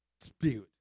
spirit